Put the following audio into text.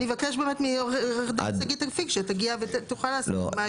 אני אבקש באמת מעו"ד שגית אפיק שתגיע ותוכל להסביר מה עמדתה.